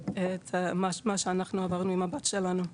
את מה שאנחנו עברנו עם הבת שלנו.